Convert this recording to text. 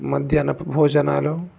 మధ్యాహ్నపు భోజనాలు